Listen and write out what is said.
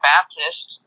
Baptist